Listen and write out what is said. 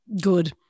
good